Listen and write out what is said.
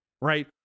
right